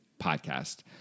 podcast